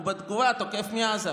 ובתגובה תוקף מעזה.